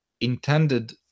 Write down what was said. intended